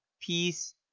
Peace